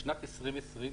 בשנת 2020,